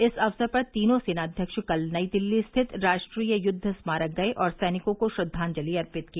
इस अक्सर पर तीनों सेनाव्यक्ष कल नई दिल्ली स्थित राष्ट्रीय युद्ध स्मारक गए और सैनिकों को श्रद्वांजलि अर्पित की